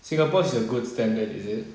singapore is a good standard is it